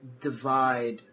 divide